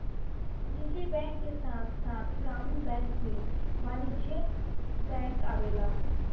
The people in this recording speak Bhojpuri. निजी बैंक के साथ साथ ग्रामीण बैंक भी वाणिज्यिक बैंक आवेला